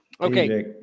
Okay